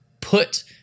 put